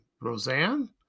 Roseanne